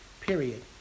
period